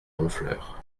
honfleur